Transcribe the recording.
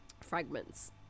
fragments